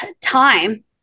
time